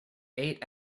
eight